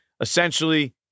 essentially